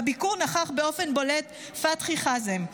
בביקור נכח באופן בולט פתחי חאזם,